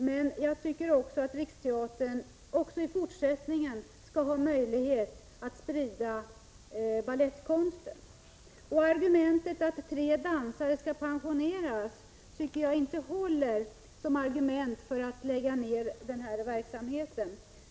Men jag tycker att Riksteatern också i fortsättningen skall ha möjlighet att sprida balettkonsten. Att tre dansare skall pensioneras tycker jag inte håller som argument för att lägga ned denna verksamhet.